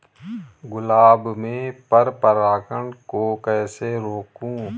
गुलाब में पर परागन को कैसे रोकुं?